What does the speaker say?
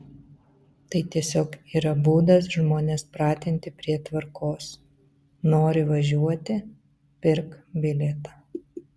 tai tiesiog yra būdas žmones pratinti prie tvarkos nori važiuoti pirk bilietą